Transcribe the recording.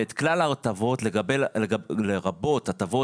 ואת כלל ההטבות לרבות הטבות